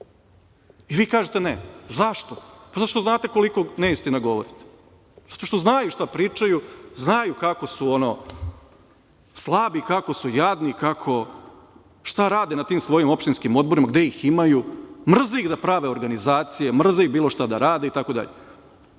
Vi kažete – ne. Zašto? Zato što znate koliko neistina govorite. Zato što znaju šta pričaju, znaju kako su slabi, kako su jadni, šta rade na tim svojim opštinskim odborima, gde ih imaju. Mrzi ih da prave organizacije, mrzi ih bilo šta da rade